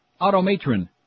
Automatron